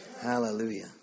Hallelujah